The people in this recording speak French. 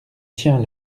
tiens